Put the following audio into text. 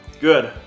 Good